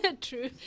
True